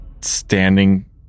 standing